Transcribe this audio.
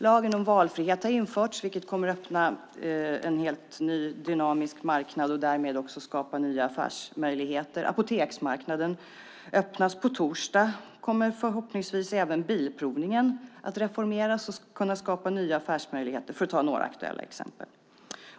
Lagen om valfrihet har införts, vilket kommer att öppna en helt ny dynamisk marknad och därmed skapa nya affärsmöjligheter, apoteksmarknaden öppnas, på torsdag kommer förhoppningsvis även bilprovningen att reformeras och kunna skapa nya affärsmöjligheter, för att ta några aktuella exempel.